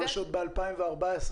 ב-2014,